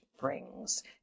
brings